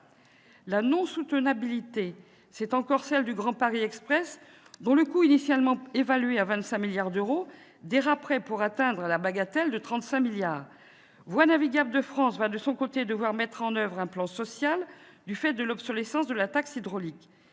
La non-soutenabilité caractérise également le financement du Grand Paris Express, dont le coût, initialement évalué à 25 milliards d'euros, déraperait pour atteindre la bagatelle de 35 milliards d'euros ! Voies navigables de France va de son côté devoir mettre en oeuvre un plan social du fait de l'obsolescence de la taxe hydraulique.